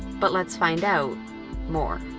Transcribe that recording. but let's find out more.